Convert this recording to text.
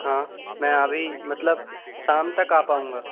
हाँ मैं अभी मतलब शाम तक आ पाऊँगा